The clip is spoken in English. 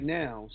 now